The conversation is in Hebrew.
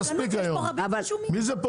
סבלנות, יש פה רבים רשומים.